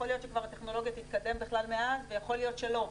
יכול להיות שכבר הטכנולוגיה תתקדם בכלל מאז ויכול להיות שלא.